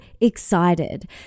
excited